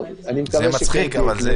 יש,